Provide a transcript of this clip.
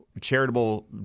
charitable